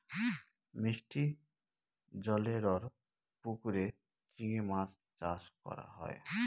মিষ্টি জলেরর পুকুরে চিংড়ি মাছ চাষ করা হয়